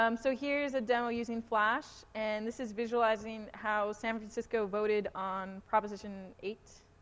um so here's a demo using flash, and this is visualizing how san francisco voted on proposition eight,